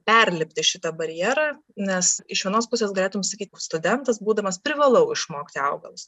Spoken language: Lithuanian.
perlipti šitą barjerą nes iš vienos pusės galėtum sakyti studentas būdamas privalau išmokti augalus